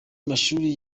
mashuri